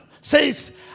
says